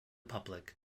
public